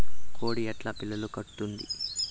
కోడి ఎట్లా పిల్లలు కంటుంది?